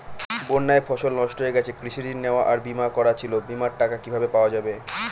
বন্যায় ফসল নষ্ট হয়ে গেছে কৃষি ঋণ নেওয়া আর বিমা করা ছিল বিমার টাকা কিভাবে পাওয়া যাবে?